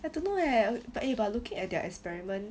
I don't know eh but eh by looking at their experiment